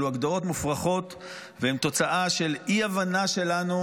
אלו הגדרות מופרכות והן תוצאה של אי-הבנה שלנו